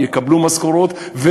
יקבלו משכורות,